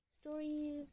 stories